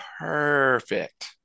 perfect